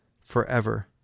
forever